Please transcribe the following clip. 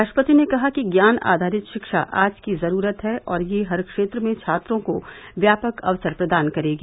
राष्ट्रपति ने कहा कि ज्ञान आधारित शिक्षा आज की ज़रूरत है और यह हर क्षेत्र में छात्रों को व्यापक अवसर प्रदान करेगी